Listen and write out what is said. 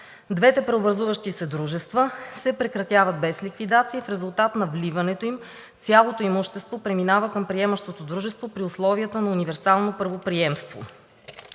Двете преобразуващи се дружества се прекратяват без ликвидация и в резултат на вливането им цялото имущество преминава към приемащото дружество при условията на универсално правоприемство.